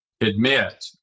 Admit